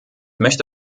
möchte